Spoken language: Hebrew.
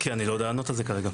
כי אני לא יודע לענות על זה כרגע.